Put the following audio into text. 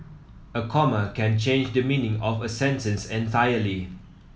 a comma can change the meaning of a sentence entirely